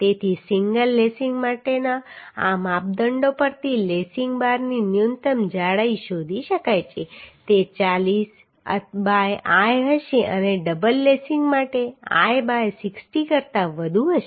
તેથી single lacing માટેના આ માપદંડો પરથી લેસિંગ બારની ન્યૂનતમ જાડાઈ શોધી શકાય છે તે 40 બાય l હશે અને ડબલ લેસિંગ માટે તે l બાય 60 કરતાં વધુ હશે